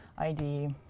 id,